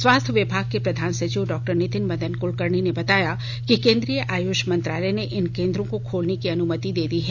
स्वास्थ्य विभाग के प्रधान सचिव डॉ नितिन मदन कलकर्णी बताया कि केंद्रीय आयुष मंत्रालय ने इन केंद्रों को खोलने की अनुमति दे दी है